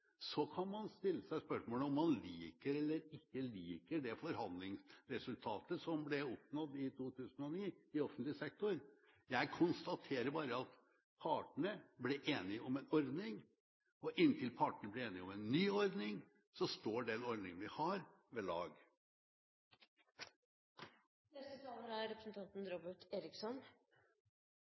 Så kan man stille seg spørsmålet om man liker eller ikke liker det forhandlingsresultatet som ble oppnådd i 2009 i offentlig sektor. Jeg konstaterer bare at partene ble enige om en ordning, og inntil partene blir enige om en ny ordning, står den ordningen vi har, ved lag. Med respekt å melde overfor representanten